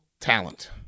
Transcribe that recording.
talent